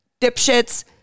dipshits